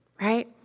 right